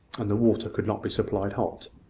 and the water could not be supplied hot.